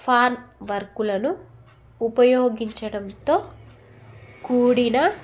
form వర్కులను ఉపయోగించడంతో కూడిన